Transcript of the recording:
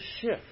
shift